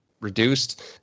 reduced